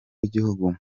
w’igihugu